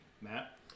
Matt